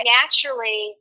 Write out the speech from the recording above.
naturally